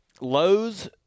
Lowe's